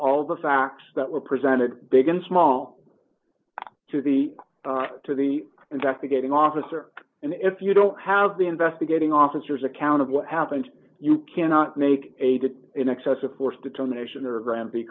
all the facts that were presented big and small to the to the investigating officer and if you don't have the investigating officers account of what happened you cannot make a good in excessive force determination or gra